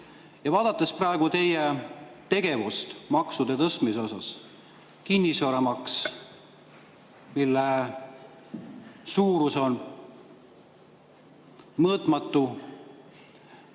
Ja vaadates praegu teie tegevust maksude tõstmisel: kinnisvaramaks, mille suurus on mõõtmatu,